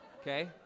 Okay